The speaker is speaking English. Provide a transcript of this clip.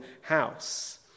house